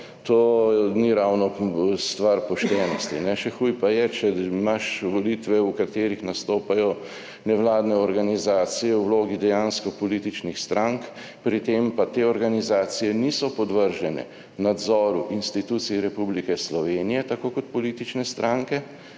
to ni ravno stvar poštenosti. Še huje pa je, če imaš volitve v katerih nastopajo nevladne organizacije v vlogi dejansko političnih strank, pri tem pa te organizacije niso podvržene nadzoru institucij Republike Slovenije, tako kot politične stranke,